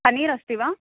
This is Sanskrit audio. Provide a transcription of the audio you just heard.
पनीर् अस्ति वा